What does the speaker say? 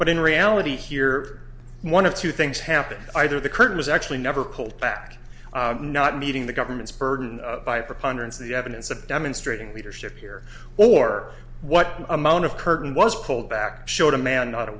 but in reality here one of two things happened either the curtain was actually never pulled back not meeting the government's burden by preponderance of the evidence of demonstrating leadership here or what amount of curtain was pulled back showed a man not a